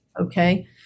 Okay